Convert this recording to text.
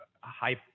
high